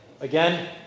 again